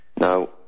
Now